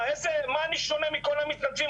מה אני שונה מכל המתנדבים,